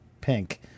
pink